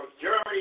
Germany